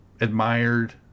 admired